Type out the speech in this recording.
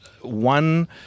one